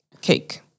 cake